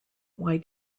why